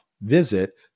visit